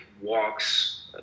walks